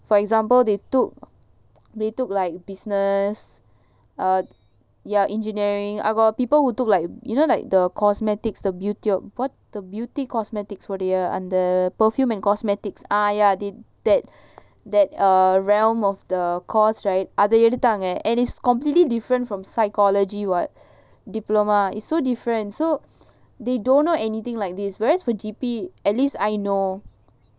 for example they took they took like business err ya engineering I got people who took like you know like the cosmetics the beauty or the beauty cosmetics உடையஅந்த:udaya andha perfume and cosmetics ah ya did that that realm of the course right அதஎடுத்தாங்க:adha eduthanga and is completely different from psychology [what] diploma is so different and so they don't know anything like this whereas for G_P at least I know